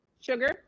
sugar